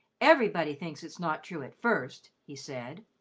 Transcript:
everybody thinks it not true at first, he said.